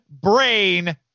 brain